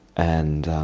and